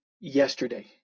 yesterday